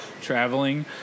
traveling